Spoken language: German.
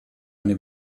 eine